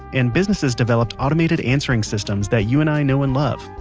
and businesses developed automated answering systems that you and i know and love.